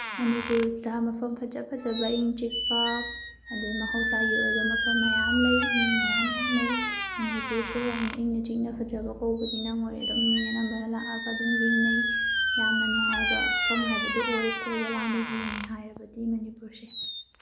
ꯃꯅꯤꯄꯨꯔꯗ ꯃꯐꯝ ꯐꯖ ꯐꯖꯕ ꯏꯪ ꯆꯤꯛꯄ ꯑꯗꯨ ꯃꯍꯧꯁꯥꯒꯤ ꯑꯣꯏꯕ ꯃꯐꯝ ꯃꯌꯥꯝ ꯂꯩ ꯃꯤ ꯃꯌꯥꯝ ꯂꯥꯛꯅꯩ ꯃꯅꯤꯄꯨꯔꯁꯦ ꯌꯥꯝꯅ ꯏꯪꯅ ꯆꯤꯛꯅ ꯐꯖꯕ ꯀꯧꯕꯅꯤꯅ ꯃꯣꯏ ꯑꯗꯨꯝ ꯃꯤ ꯑꯅꯝꯕꯅ ꯂꯥꯛꯑꯒ ꯑꯗꯨꯝ ꯌꯦꯡꯅꯩ ꯌꯥꯝꯅ ꯅꯨꯡꯉꯥꯏꯕ ꯃꯐꯝ ꯍꯥꯏꯕꯗꯨ ꯑꯣꯏ ꯀꯣꯏꯕ ꯂꯥꯡꯕꯒꯤꯅꯤ ꯍꯥꯏꯔꯕꯗꯤ ꯃꯅꯤꯄꯨꯔꯁꯦ